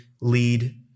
lead